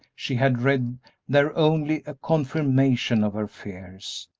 she had read there only a confirmation of her fears.